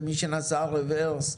למי שנסע רברס,